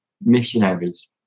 missionaries